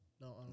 No